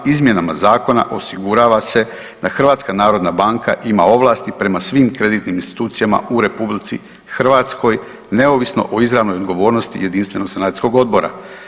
Izmjenama zakona osigurava se da HNB ima ovlasti prema svim kreditnim institucijama u RH neovisno o izravnoj odgovornosti jedinstvenog sanacijskog odbora.